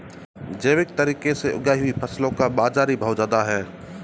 जैविक तरीके से उगाई हुई फसलों का बाज़ारी भाव ज़्यादा है